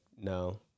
no